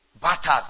battered